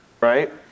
right